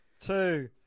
Two